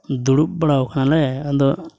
ᱫᱩᱲᱩᱵ ᱵᱟᱲᱟ ᱠᱟᱱᱟᱞᱮ ᱟᱫᱚ